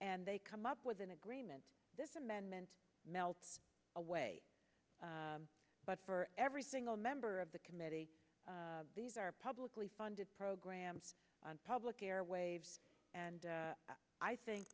and they come up with an agreement this amendment melts away but for every single member of the committee these are publicly funded programs on public airwaves and i think